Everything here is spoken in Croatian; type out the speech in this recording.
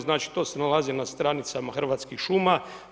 Znači to se nalazi na stranicama Hrvatskih šuma.